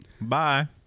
Bye